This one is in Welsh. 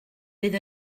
fydd